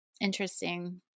Interesting